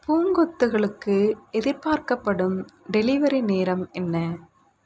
பூங்கொத்துகளுக்கு எதிர்பார்க்கப்படும் டெலிவரி நேரம் என்ன